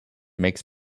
makes